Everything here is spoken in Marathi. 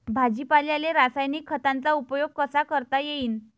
भाजीपाल्याले रासायनिक खतांचा उपयोग कसा करता येईन?